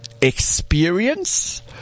experience